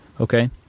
Okay